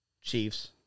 Chiefs